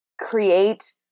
create